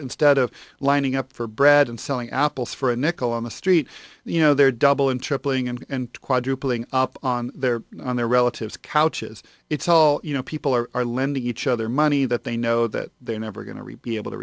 instead of lining up for bread and selling out bills for a nickel on the street you know they're doubling tripling and quadrupling up on their on their relatives couches it's all you know people are are lending each other money that they know that they're never going to reap be able to